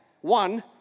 one